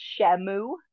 Shamu